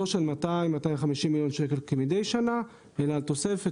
לא של 250-200 מיליון שקלים כמדי שנה אלא על תוספת